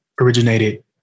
originated